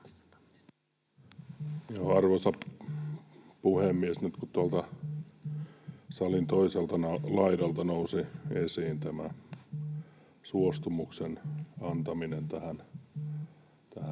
Arvoisa puhemies! Nyt, kun tuolta salin toiselta laidalta nousi esiin suostumuksen antaminen